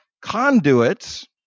conduits